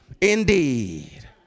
indeed